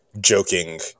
joking